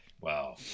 wow